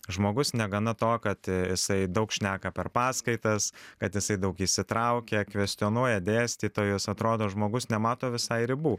žmogus negana to kad jisai daug šneka per paskaitas kad jisai daug įsitraukia kvestionuoja dėstytojus atrodo žmogus nemato visai ribų